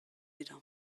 dira